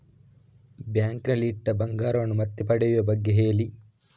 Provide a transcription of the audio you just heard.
bank ನಲ್ಲಿ ಇಟ್ಟ ಬಂಗಾರವನ್ನು ಮತ್ತೆ ಪಡೆಯುವ ಬಗ್ಗೆ ಹೇಳಿ